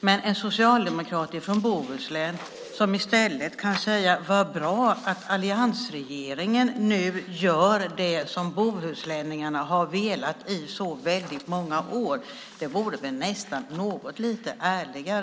Men en socialdemokrat från Bohuslän skulle i stället kunna säga: Vad bra att alliansregeringen nu gör det som bohuslänningarna har velat i så väldigt många år! Det vore nästan lite ärligare.